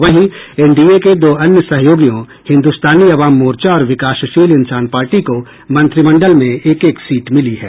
वहीं एनडीए के दो अन्य सहयोगियों हिन्दुस्तानी अवाम मोर्चा और विकासशील इन्सान पार्टी को मंत्रिमंडल में एक एक सीट मिली है